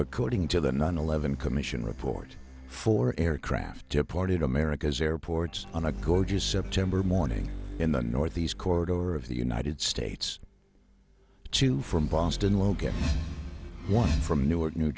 according to the nine eleven commission report four aircraft deployed in america's airports on a gorgeous september morning in the northeast corridor of the united states two from boston logan one from newark new